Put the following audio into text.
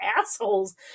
assholes